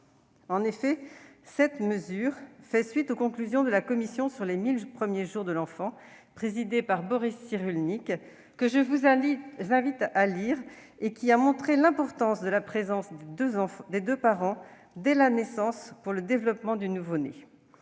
En effet, cette mesure tire les conséquences des conclusions de la commission sur les 1 000 premiers jours de l'enfant, présidée par Boris Cyrulnik, que je vous invite à lire et qui ont montré l'importance de la présence des deux parents, dès la naissance, pour le développement du nouveau-né.